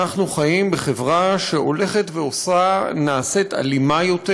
אנחנו חיים בחברה שהולכת ונעשית אלימה יותר,